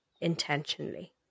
intentionally